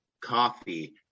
coffee